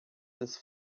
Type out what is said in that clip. this